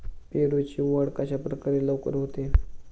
पेरूची वाढ कशाप्रकारे लवकर होते?